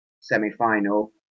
semi-final